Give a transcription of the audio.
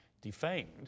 defamed